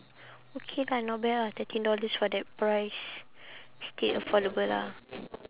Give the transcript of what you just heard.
okay lah not bad lah thirteen dollars for that price still affordable lah